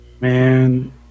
Man